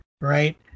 Right